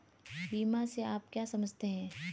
बीमा से आप क्या समझते हैं?